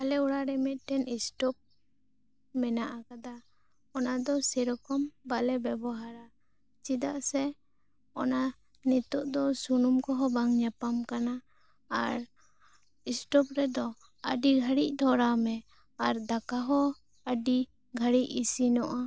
ᱟᱞᱮ ᱚᱲᱟᱜ ᱨᱮ ᱢᱤᱫᱴᱮᱱ ᱤᱥᱴᱚᱵ ᱢᱮᱱᱟᱜ ᱟᱠᱟᱫᱟ ᱚᱱᱟᱫᱚ ᱥᱮᱨᱚᱠᱚᱢ ᱵᱟᱞᱮ ᱵᱮᱵᱚᱦᱟᱨᱟ ᱪᱮᱫᱟᱜ ᱥᱮ ᱚᱱᱟ ᱱᱤᱛᱚᱜ ᱫᱚ ᱥᱩᱱᱩᱢ ᱠᱚᱦᱚᱸ ᱵᱟᱝ ᱧᱟᱯᱟᱢ ᱠᱟᱱᱟ ᱟᱨ ᱤᱥᱴᱚᱵ ᱨᱮᱫᱚ ᱟ ᱰᱤ ᱜᱷᱟ ᱲᱤᱜ ᱫᱷᱚᱨᱟᱣ ᱢᱮ ᱟᱨ ᱫᱟᱠᱟ ᱦᱚ ᱟ ᱰᱤ ᱜᱷᱟ ᱲᱤᱡ ᱤᱥᱤᱱᱚᱜᱼᱟ